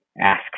ask